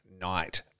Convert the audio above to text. Night